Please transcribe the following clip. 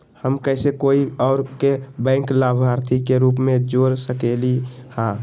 हम कैसे कोई और के बैंक लाभार्थी के रूप में जोर सकली ह?